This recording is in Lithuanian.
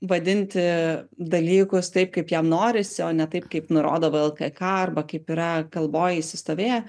vadinti dalykus taip kaip jam norisi o ne taip kaip nurodo vlkk arba kaip yra kalboj įsistovėję